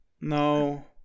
No